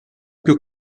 più